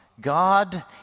God